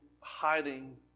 hiding